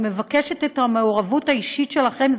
אני מבקשת את המעורבות האישית שלכם,